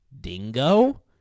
dingo